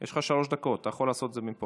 יש לך שלוש דקות, אתה יכול לעשות את זה מפה.